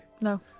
No